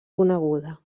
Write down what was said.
coneguda